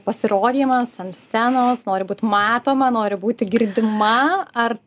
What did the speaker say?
pasirodymas ant scenos nori būt matoma nori būti girdima ar